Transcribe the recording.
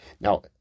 Now